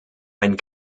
ein